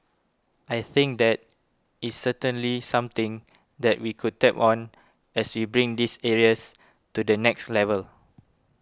I think that is certainly something that we could tap on as we bring these areas to the next level